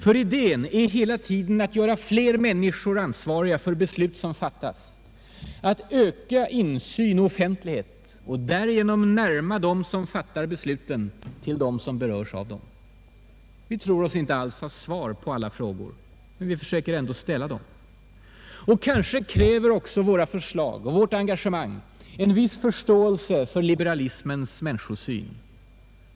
Ty idén är hela tiden att göra fler människor ansvariga för beslut som fattas, att öka insyn och offentlighet och därigenom närma dem som fattar besluten till dem som berörs av dem. Vi tror oss inte alls ha svar på alla de här frågorna, men vi försöker ändå ställa dem. Kanske kräver också våra förslag och vårt engagemang en viss förståelse för liberalismens människosyn.